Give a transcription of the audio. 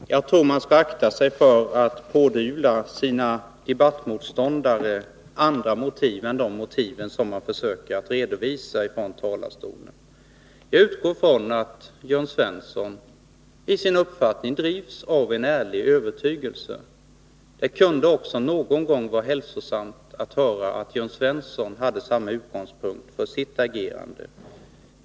Herr talman! Jag tror man skall akta sig för att pådyvla sina debattmotståndare andra motiv än dem som vederbörande försöker redovisa från talarstolen. Jag utgår från att Jörn Svensson i sin uppfattning drivs av en ärlig övertygelse. Det kunde också någon gång vara hälsosamt att höra att Jörn Svensson hade motsvarande utgångspunkt för sitt agerande.